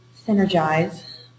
synergize